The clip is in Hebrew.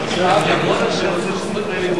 הסברתי, יכול להיות שבמהומה זה קצת נבלע,